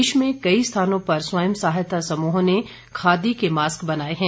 देश में कई स्थानों पर स्वयं सहायता समूहों ने खादी के मास्क बनाए हैं